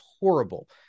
horrible